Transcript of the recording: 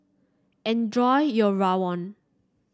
enjoy your rawon